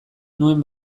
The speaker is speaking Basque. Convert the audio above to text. nuen